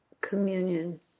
communion